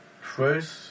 First